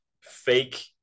fake